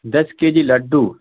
دس کے جی لڈو